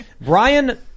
Brian